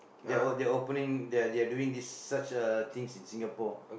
they're they're opening they're they're doing this such a things in Singapore